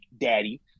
daddy